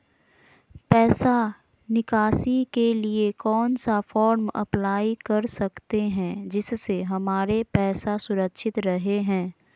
पैसा निकासी के लिए कौन सा फॉर्म अप्लाई कर सकते हैं जिससे हमारे पैसा सुरक्षित रहे हैं?